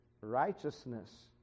Righteousness